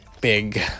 big